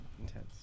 intense